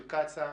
של קצא"א,